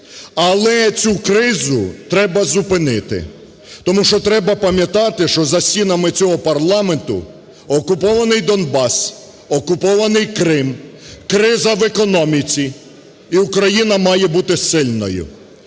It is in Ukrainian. Але цю кризу треба зупинити, тому що треба пам'ятати, що за стінами цього парламенту окупований Донбас, окупований Крим, криза в економіці, і Україна має бути сильною.